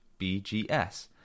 BGS